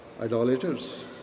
idolaters